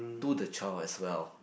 to the child as well